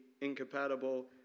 incompatible